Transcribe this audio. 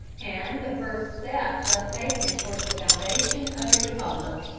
and the first step thus taken towards the foundation of a republic.